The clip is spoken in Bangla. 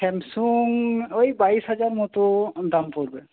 স্যামসাং ওই বাইশ হাজার মত দাম পড়বে